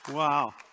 Wow